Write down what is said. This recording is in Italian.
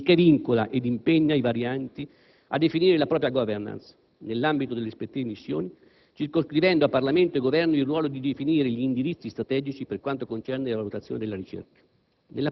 il che vincola ed impegna i vari enti a definire la propria *governance* nell'ambito delle rispettive missioni, circoscrivendo a Parlamento e Governo il ruolo di definire gli indirizzi strategici per quanto concerne le valutazioni della ricerca.